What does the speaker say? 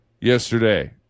yesterday